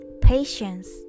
patience